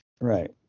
Right